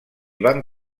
van